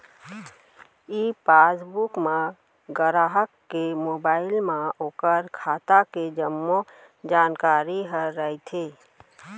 ई passbook म गराहक के मोबाइल म ओकर खाता के जम्मो जानकारी ह रइथे